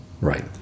Right